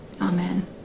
Amen